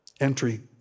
entry